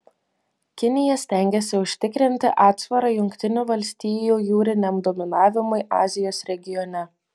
kinija stengiasi užtikrinti atsvarą jungtinių valstijų jūriniam dominavimui azijos regione